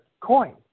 coin